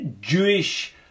Jewish